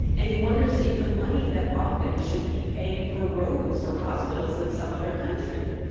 and he wonders if the money that bought them should be paying for roads or hospitals in some other country.